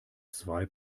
zwei